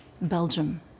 Belgium